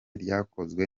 ryakozwe